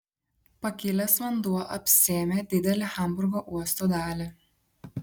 pakilęs vanduo apsėmė didelę hamburgo uosto dalį